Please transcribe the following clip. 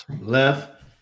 Left